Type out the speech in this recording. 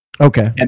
Okay